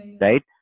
right